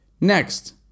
Next